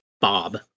bob